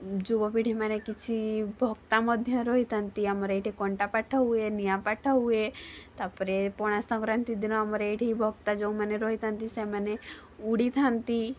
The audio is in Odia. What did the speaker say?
ଯୁବପିଢ଼ି ମାନେ କିଛି ଭକ୍ତା ମଧ୍ୟ ରହିଥାନ୍ତି ଆମର ଏଇଠି କଣ୍ଟାପାଠ ହୁଏ ନିଆଁପାଠ ହୁଏ ତା'ପରେ ପଣାସଂକ୍ରାନ୍ତି ଦିନ ଆମର ଏଇଠି ବକ୍ତା ଯେଉଁମାନେ ରହିଥାନ୍ତି ସେମାନେ ଉଡ଼ିଥାନ୍ତି